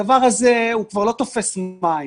הדבר הזה כבר לא תופס מים.